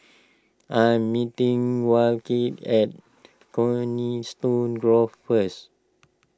I am meeting at Coniston Grove first